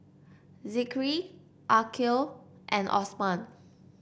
Zikri Aqil and Osman